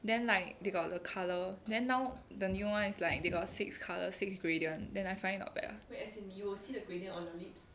then like they got the colour then now the new [one] is like they got six colours six gradient then I find not bad lah